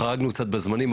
חרגנו קצת בזמנים,